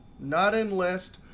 not enlist,